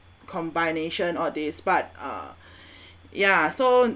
combination all this but uh yeah so